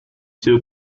two